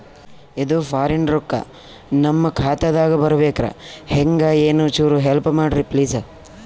ಇದು ಫಾರಿನ ರೊಕ್ಕ ನಮ್ಮ ಖಾತಾ ದಾಗ ಬರಬೆಕ್ರ, ಹೆಂಗ ಏನು ಚುರು ಹೆಲ್ಪ ಮಾಡ್ರಿ ಪ್ಲಿಸ?